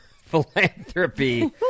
philanthropy